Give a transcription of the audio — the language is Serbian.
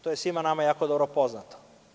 To je svima nama jako dobro poznato.